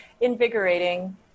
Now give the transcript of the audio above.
invigorating